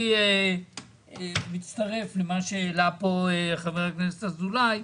אני מצטרף למה שהעלה פה חבר הכנסת אזולאי.